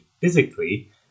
physically